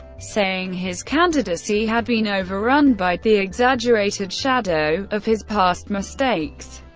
saying his candidacy had been overrun by the exaggerated shadow of his past mistakes.